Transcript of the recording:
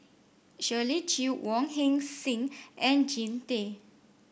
Shirley Chew Wong Heck Sing and Jean Tay